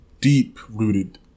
deep-rooted